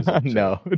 No